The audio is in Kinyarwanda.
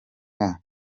nka